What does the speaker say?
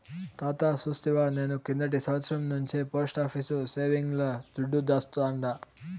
తాతా సూస్తివా, నేను కిందటి సంవత్సరం నుంచే పోస్టాఫీసు సేవింగ్స్ ల దుడ్డు దాస్తాండా